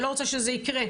אני לא רוצה שזה יקרה,